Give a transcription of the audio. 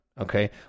Okay